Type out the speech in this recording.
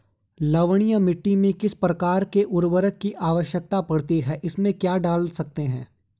लवणीय मिट्टी में किस प्रकार के उर्वरक की आवश्यकता पड़ती है इसमें क्या डाल सकते हैं?